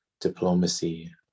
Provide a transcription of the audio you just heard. diplomacy